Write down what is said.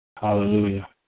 Hallelujah